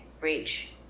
reach